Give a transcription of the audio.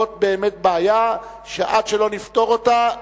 זו באמת בעיה שעד שלא נפתור אותה,